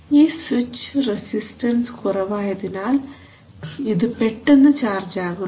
ഈ switch resistance കുറവായതിനാൽ ഇത് പെട്ടെന്ന് ചാർജ് ആകുന്നു